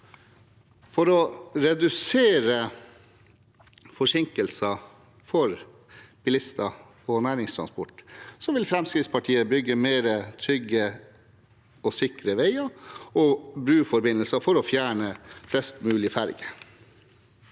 For å redusere forsinkelser for bilister og næringstransport vil Fremskrittspartiet bygge flere trygge og sikre veier og broforbindelser for å fjerne flest mulig ferger.